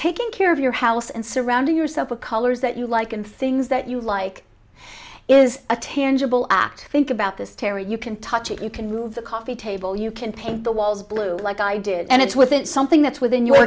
taking care of your house and surrounding yourself with colors that you like and things that you like is a tangible act think about this tear you can touch it you can move the coffee table you can paint the walls blue like i did and it's with it something that's within your